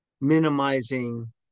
minimizing